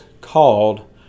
called